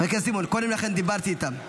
קודם לכן דיברתי איתם.